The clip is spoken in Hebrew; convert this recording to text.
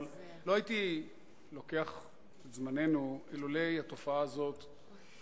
אבל לא הייתי לוקח את זמננו אילולא התופעה הזאת הופכת להיות,